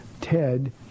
Ted